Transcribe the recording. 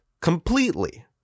completely